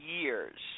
years